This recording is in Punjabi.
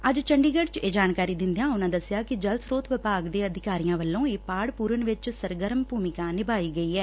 ਅੱਜ ਚੰਡੀਗੜ ਚ ਇਹ ਜਾਣਕਾਰੀ ਦਿਦਿਆਂ ਉਨਾਂ ਦਸਿਆ ਕਿ ਜਲ ਸਰੋਤ ਵਿਭਾਗ ਦੇ ਅਧਿਕਾਰੀਆ ਵੱਲੋ ਇਹ ਪਾੜ ਪੁਰਨ ਵਿਚ ਸਰਗਰਮ ਭੂਮਿਕਾ ਨਿਭਾਈ ਗਈ ਐ